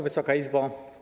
Wysoka Izbo!